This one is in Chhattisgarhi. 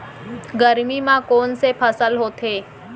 गरमी मा कोन से फसल होथे?